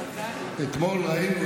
אתמול ראינו,